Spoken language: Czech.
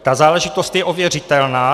Ta záležitost je ověřitelná.